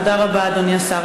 אדוני השר,